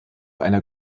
einer